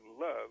love